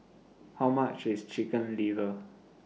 How much IS Chicken Liver